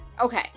Okay